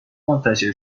منتشر